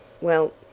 Well